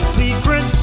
secret